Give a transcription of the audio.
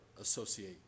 associate